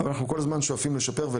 אבל אנחנו כל הזמן שואפים ולהתאים.